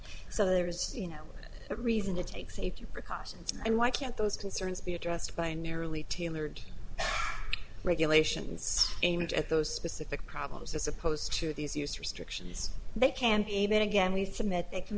so there is you know reason to take safety precautions and why can't those concerns be addressed by merely tailored regulations aimed at those specific problems as opposed to these used restrictions they can't even again we submit they can